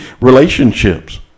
relationships